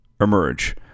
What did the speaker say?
emerge